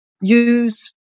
use